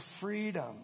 freedom